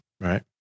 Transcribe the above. right